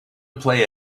play